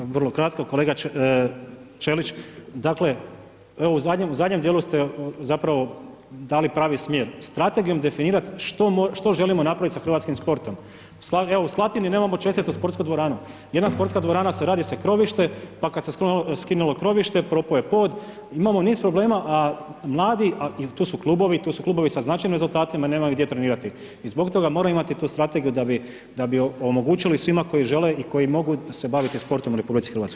Dakle, vrlo kratko kolega Ćelić, dakle evo u zadnjem, zadnjem dijelu ste zapravo dali pravi smjer, strategijom definirat što želimo napravit sa hrvatskim sportom, evo u Slatini nemamo čestitu sportsku dvoranu, jedan sportska dvorana radi se krovište, pa kad se skinulo krovište, propo je pod, imamo niz problema, a mladi, tu su klubovi, tu su klubovi sa značajnim rezultatima nemaju gdje trenirati i zbog toga moramo imati tu strategiju da bi, da bi omogućili svima koji žele i koji mogu se baviti sportom u RH.